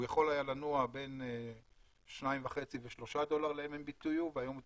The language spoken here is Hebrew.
הוא יכול היה לנוע בין 2.5 ל-3 דולר ל- MMBTU,